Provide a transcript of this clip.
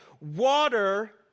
water